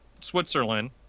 Switzerland